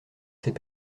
sait